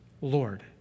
Lord